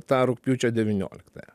tą rugpjūčio devynioliktąją